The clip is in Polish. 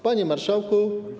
Panie Marszałku!